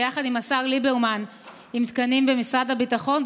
ביחד עם השר ליברמן עם תקנים ממשרד הביטחון,